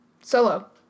Solo